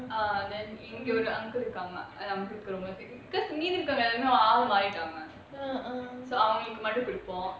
ah then இங்க ஒரு:inga oru uncle இருகாங்க:irukanga because மீதி இருக்கவங்க வந்து ஆளே மாறிட்டாங்க:meethi irukavanga vanthu aalae maaritaangae so அவங்களுக்கு மட்டும் கொடுப்போம்:avangaluku mattum kodupom